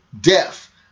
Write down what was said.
death